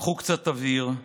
קחו קצת אוויר,